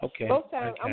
Okay